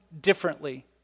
differently